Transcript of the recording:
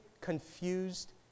confused